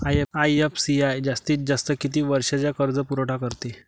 IFCI जास्तीत जास्त किती वर्षासाठी कर्जपुरवठा करते?